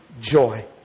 joy